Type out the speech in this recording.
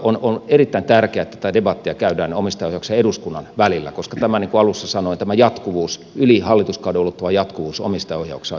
on erittäin tärkeätä että tätä debattia käydään omistajaohjauksen ja eduskunnan välillä koska niin kuin alussa sanoin tämä jatkuvuus ylihallituskadulta jatkuu suomesta on oksa